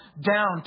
down